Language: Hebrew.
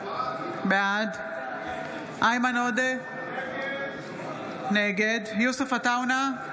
בעד איימן עודה, נגד יוסף עטאונה,